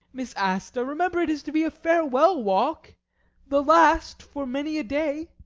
miss asta remember it is to be a farewell walk the last for many a day.